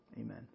amen